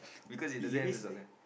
because he doesn't have the sock ah